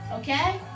okay